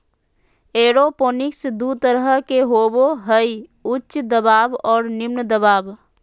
aeroponics दू तरह के होबो हइ उच्च दबाव और निम्न दबाव